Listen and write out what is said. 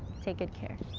take good care.